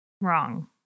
wrong